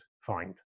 find